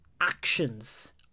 actions